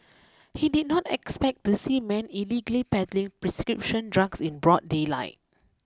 he did not expect to see men illegally peddling prescription drugs in broad daylight